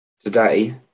today